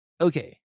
Okay